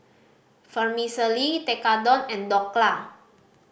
Fermicelli Tekkadon and Dhokla